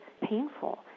painful